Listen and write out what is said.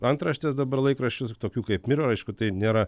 antraštės dabar laikraščius tokių kaip mirror aišku tai nėra